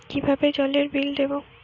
কিভাবে জলের বিল দেবো?